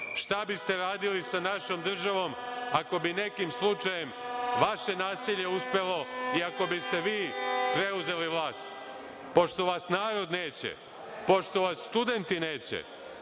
šta biste radili sa našom državom ako bi nekim slučajem vaše nasilje uspelo i ako biste vi preuzeli vlast. Pošto vas narod neće, pošto vas studenti neće,